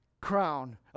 crown